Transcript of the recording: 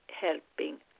helping